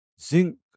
zinc